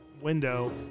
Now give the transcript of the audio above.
window –